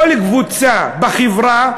כל קבוצה בחברה,